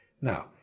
now